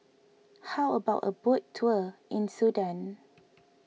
how about a boat tour in Sudan